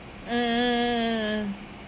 mm mm mm mm mm